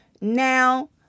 now